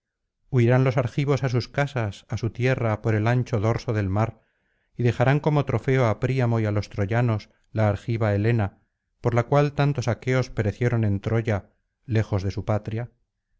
huirán los argivos á sus casas á su tierra por el ancho dorso del mar y dejarán como trofeo á príamo y á los troyanos la argiva helena por la cual tantos aqueos perecieron en troya lejos de su patria